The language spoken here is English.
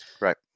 Right